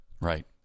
right